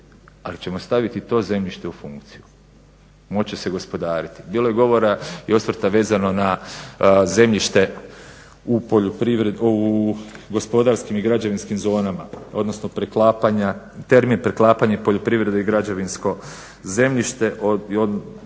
ali ćemo staviti to zemljište u funkciju, moći će se gospodariti. Bilo je govora i osvrta vezano za zemljišta u gospodarskim i građevinskim zonama odnosno preklapanja, termin preklapanja poljoprivrede i građevinsko zemljište,